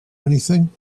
anything